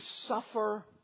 suffer